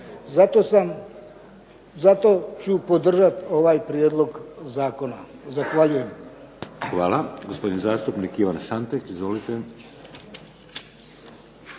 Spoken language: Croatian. zato ću podržati ovaj prijedlog zakona. Zahvaljujem. **Šeks, Vladimir (HDZ)** Hvala. Gospodin zastupnik Ivan Šantek. Izvolite.